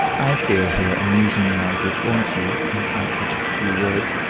i hear her amusing my good aunty, and i catch a few words,